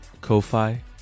Ko-Fi